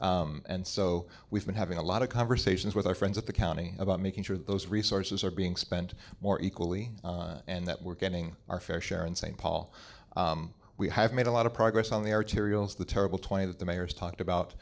county and so we've been having a lot of conversations with our friends at the county about making sure those resources are being spent more equally and that we're getting our fair share in st paul we have made a lot of progress on the arterials the terrible twenty that the mayor's talked about